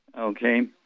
okay